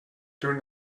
during